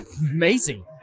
amazing